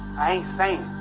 i ain't saying.